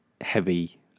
heavy